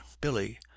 Billy